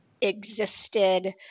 existed